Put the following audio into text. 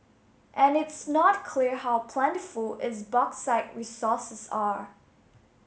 and it's not clear how plentiful its bauxite resources are